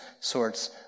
sorts